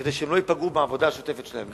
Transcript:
כדי שהם לא ייפגעו בעבודה השוטפת שלהם.